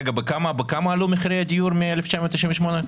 בכמה עלו מחירי הדיור מ-1998?